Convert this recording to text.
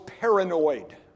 paranoid